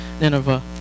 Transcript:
Nineveh